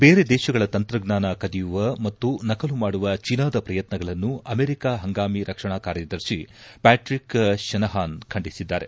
ಬೇರೆ ದೇಶಗಳ ತಂತ್ರಜ್ಞಾನ ಕದಿಯುವ ಮತ್ತು ನಕಲು ಮಾಡುವ ಚೀನಾದ ಪ್ರಯತ್ನಗಳನ್ನು ಅಮೆರಿಕ ಪಂಗಾಮಿ ರಕ್ಷಣಾ ಕಾರ್ಯದರ್ಶಿ ಪ್ಯಾಟ್ರಿಕ್ ಶನಹಾನ್ ಖಂಡಿಸಿದ್ದಾರೆ